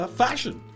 fashion